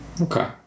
Okay